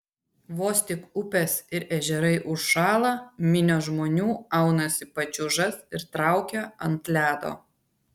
vos tik upės ir ežerai užšąla minios žmonių aunasi pačiūžas ir traukia ant ledo